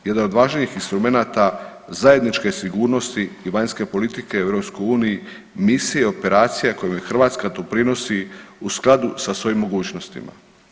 Jedan od važnijih instrumenata zajedničke sigurnosti i vanjske politike u EU misije i operacije kojima Hrvatska doprinosi u skladu sa svojim mogućnosti.